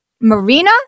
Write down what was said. Marina